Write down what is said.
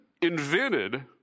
invented